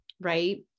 right